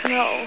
no